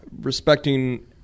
respecting